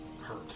hurt